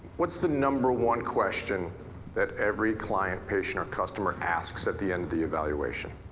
what's the number one question that every client, patient or customer asks at the end of the evaluation?